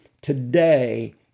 today